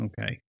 Okay